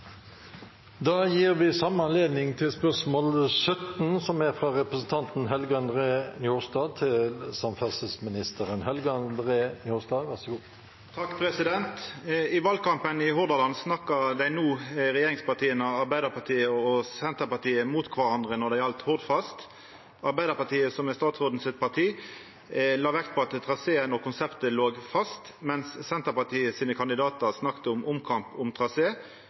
Da gir vi samme anledning med hensyn til spørsmål 17. «I valkampen i Hordaland snakka regjeringspartia Arbeidarpartiet og Senterpartiet mot kvarandre om Hordfast. Der Arbeidarpartiet sine representantar la vekt på at traseen og konseptet låg fast, snakka Senterpartiet sine kandidatar om omkamp om trasé. Hurdalsplattforma nemnde ikkje Hordfast, så det er